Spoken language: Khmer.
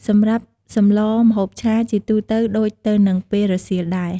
សម្រាប់ សម្លរ ម្ហូបឆា ជាទូទៅដូចទៅនឹងពេលរសៀលដែរ។